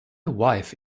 wife